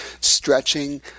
stretching